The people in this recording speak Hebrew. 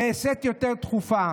נעשית יותר תכופה,